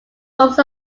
forms